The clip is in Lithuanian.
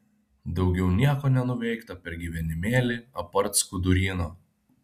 daugiau nieko nenuveikta per gyvenimėlį apart skuduryno